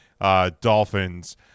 Dolphins